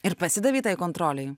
ir pasidavei kontrolei